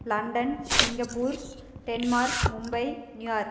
London Singapore Denmark Mumbai New York